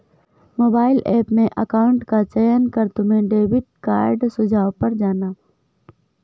mobile app में account का चयन कर तुम डेबिट कार्ड सुझाव पर जाना